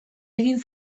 egin